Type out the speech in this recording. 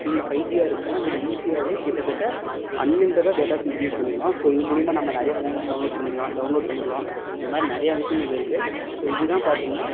இந்த ஃபைவ் ஜியா இருந்துச்சுன்னா நீங்கள் ஈஸியாகவே கிட்டத்தட்ட அன்லிமிட்டெடாக டேட்டாஸ் யூஸ் பண்ணிக்கலாம் ஸோ இது மூலிமா நம்ம நிறையா மூவிஸ் டவுன்லோட்ஸ் பண்ணிக்கலாம் டவுன்லோட் பண்ணிக்கலாம் இந்தமாதிரி நிறைய விஷயங்கள் இருக்குது ஸோ இதுதான் பார்த்தீங்கன்னா